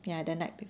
ya the night before